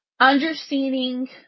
Understanding